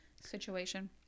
situation